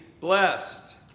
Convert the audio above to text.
blessed